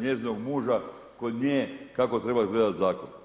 njezinog muža kod nje kako treba izgledat Zakon.